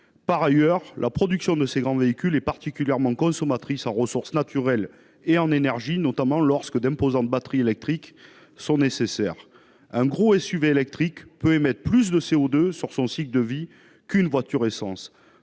Par ailleurs, la production de ces grands véhicules est particulièrement consommatrice en ressources naturelles et en énergie, notamment lorsque d'imposantes batteries électriques sont nécessaires. Selon France Stratégie, un gros SUV électrique peut émettre plus de CO2 sur son cycle de vie qu'une petite voiture essence.